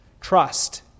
trust